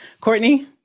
Courtney